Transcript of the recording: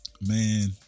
man